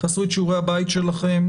תעשו את שיעורי הבית שלכם.